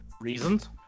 reasons